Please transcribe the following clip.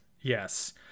Yes